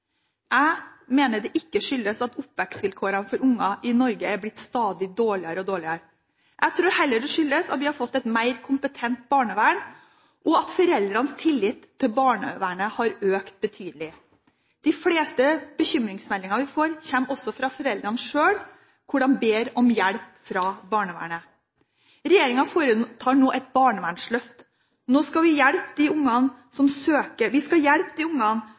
Jeg mener at det ikke skyldes at oppvekstvilkårene for unger i Norge er blitt stadig dårligere og dårligere. Jeg tror heller det skyldes at vi har fått et mer kompetent barnevern og at foreldrenes tillit til barnevernet har økt betydelig. De fleste bekymringsmeldinger vi får, kommer fra foreldrene sjøl, og de ber om hjelp fra barnevernet. Regjeringen foretar nå et barnevernsløft. Når vi skal hjelpe de ungene som søker hjelp i barnevernet, må vi